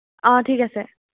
অঁ ঠিক আছে